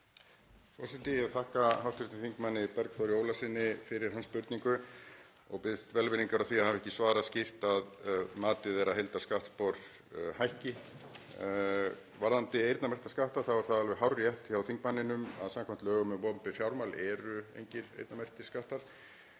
Forseti. Ég þakka hv. þm. Bergþóri Ólasyni fyrir hans spurningu og biðst velvirðingar á því að hafa ekki svarað skýrt, matið er að heildarskattspor hækki. Varðandi eyrnamerkta skatta þá er það alveg hárrétt hjá þingmanninum að samkvæmt lögum um opinber fjármál eru engir eyrnamerktir skattar.